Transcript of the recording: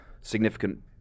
significant